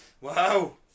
Wow